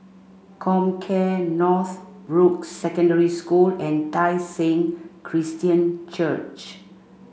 Comcare Northbrooks Secondary School and Tai Seng Christian Church